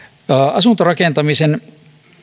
asuntorakentaminen